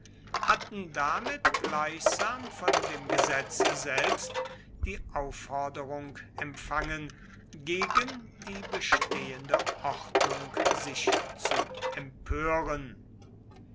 hatten damit gleichsam von dem gesetze selbst die aufforderung empfangen gegen die bestehende ordnung sich zu empören